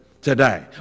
today